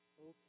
Okay